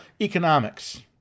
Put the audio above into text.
economics